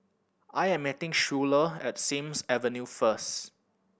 I'm meeting Schuyler at Sims Avenue first